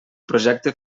projecte